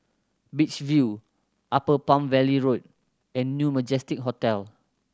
Beach View Upper Palm Valley Road and New Majestic Hotel